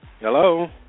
Hello